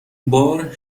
بار